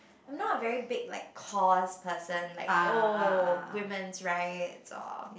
I'm not a very big like cause person like oh women's rights or